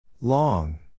Long